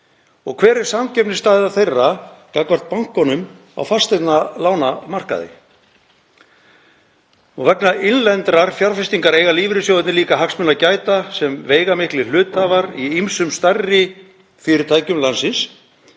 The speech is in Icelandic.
og hver er samkeppnisstaða þeirra gagnvart bönkunum á fasteignalánamarkaði? Vegna innlendrar fjárfestingar eiga lífeyrissjóðirnir líka hagsmuna að gæta sem veigamiklir hluthafar í ýmsum stærri fyrirtækjum landsins